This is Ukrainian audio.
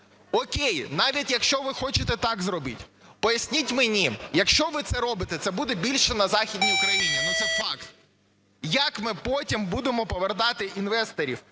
О'кей, навіть якщо ви хочете так зробити. Поясніть мені, якщо ви це робите, це буде більше на Західній Україні, це факт. Як ми потім будемо повертати інвесторів